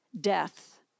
death